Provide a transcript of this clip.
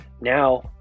now